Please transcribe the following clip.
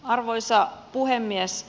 arvoisa puhemies